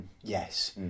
yes